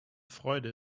freude